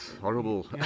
horrible